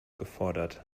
gefordert